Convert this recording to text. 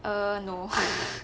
err no